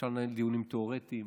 אפשר לנהל דיונים תיאורטיים,